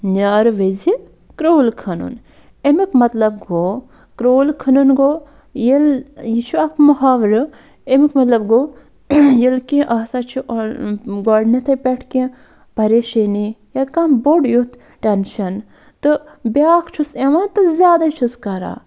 نارٕ وِزِ کرٛوٗل کھنُن اَمیُک مطلب گوٚو کرٛوٗل کھنُن گوٚو ییٚلہِ یہِ چھُ اکھ محاورٕ اَمیُک مطلب گوٚو ییٚلہِ کہِ آسان چھُ گۄڈٕنٮ۪تھٕے پٮ۪ٹھ کہِ پَریشٲنی یا کانٛہہ بوٚڈ یُتھ ٹٮ۪نشَن تہٕ بیٛاکھ چھُس یِوان تہٕ زیادَے چھُس کران